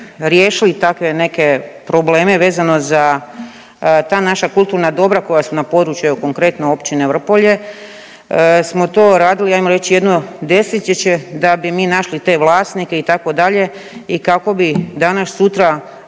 riješili takve neke probleme vezano za ta naša kulturna dobra koja su na području evo konkretno općine Vrpolje, smo to radili ajmo reći jedno desetljeće da bi mi naši te vlasnike itd., i kako bi danas sutra